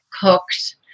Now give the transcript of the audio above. cooked